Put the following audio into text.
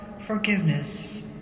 forgiveness